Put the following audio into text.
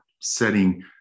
setting